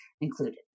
included